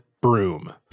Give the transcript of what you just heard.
broom